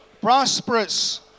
prosperous